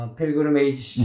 Pilgrimage